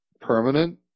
permanent